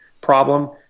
problem